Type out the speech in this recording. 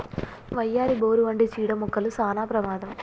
వయ్యారి, బోరు వంటి చీడ మొక్కలు సానా ప్రమాదం